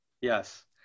Yes